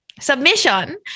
submission